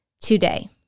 today